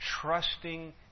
trusting